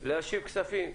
להשיב כספים?